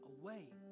away